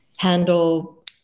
handle